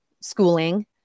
schooling